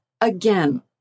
again